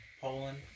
Poland